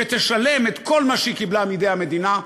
תשלם את כל מה שהיא קיבלה מידי המדינה,